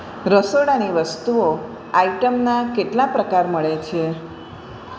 રસોડાની વસ્તુઓ આઇટમના કેટલા પ્રકાર મળે છે